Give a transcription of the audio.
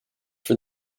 for